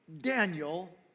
Daniel